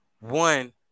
One